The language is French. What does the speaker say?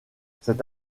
cette